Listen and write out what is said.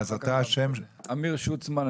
אמיר שוצמן,